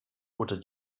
oder